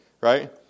Right